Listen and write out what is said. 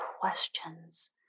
questions